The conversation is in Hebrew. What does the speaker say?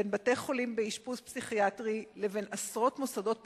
בין בתי-חולים באשפוז פסיכיאטרי לבין עשרות מוסדות פרטיים,